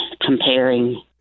comparing